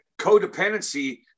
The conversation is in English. codependency